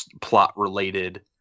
plot-related